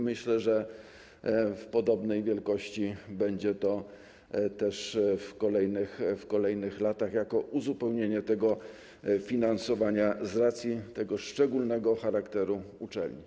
Myślę, że w podobnej wielkości będzie to też w kolejnych latach jako uzupełnienie tego finansowania z racji tego szczególnego charakteru uczelni.